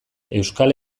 euskal